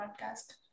podcast